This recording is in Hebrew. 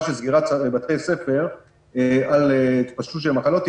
של סגירת בתי ספר על התפשטות של מחלות,